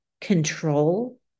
control